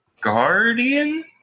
guardian